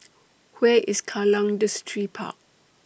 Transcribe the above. Where IS Kallang Distripark